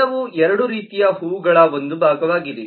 ದಳವು ಎರಡೂ ರೀತಿಯ ಹೂವುಗಳ ಒಂದು ಭಾಗವಾಗಿದೆ